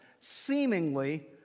seemingly